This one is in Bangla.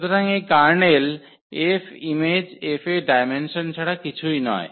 সুতরাং এই কার্নেল F ইমেজ F এর ডায়মেনসন ছাড়া কিছুই নয়